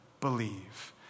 believe